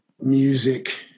music